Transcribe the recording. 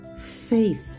faith